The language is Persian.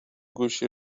گوشی